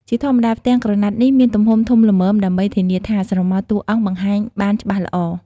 ជាធម្មតា ផ្ទាំងក្រណាត់នេះមានទំហំធំល្មមដើម្បីធានាថាស្រមោលតួអង្គបង្ហាញបានច្បាស់ល្អ។